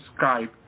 Skype